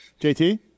JT